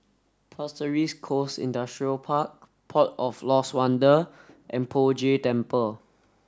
Pasir Ris Coast Industrial Park Port of Lost Wonder and Poh Jay Temple